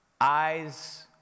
Eyes